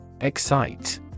Excite